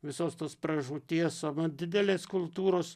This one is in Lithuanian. visos tos pražūties anot didelės kultūros